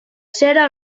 cera